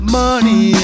money